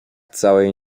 całej